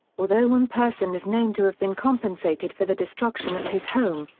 although one person is known to have been compensated for the destruction of his home,